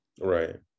Right